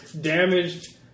damaged